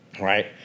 Right